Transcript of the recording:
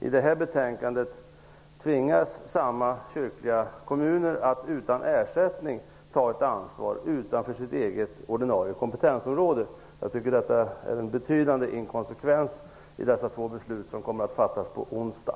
I detta betänkande tvingas samma kyrkliga kommuner att utan ersättning ta ett ansvar utanför det egna ordinarie kompetensområdet. Jag tycker att det är en betydande inkonsekvens i fråga om dessa två betydande beslut som kommer att fattas på onsdag.